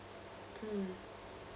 mm